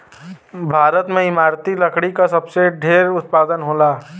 भारत में इमारती लकड़ी क सबसे ढेर उत्पादन होला